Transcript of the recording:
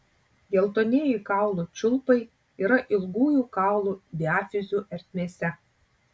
geltonieji kaulų čiulpai yra ilgųjų kaulų diafizių ertmėse